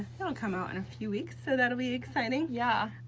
that'll come out in a few weeks, so that'll be exciting. yeah.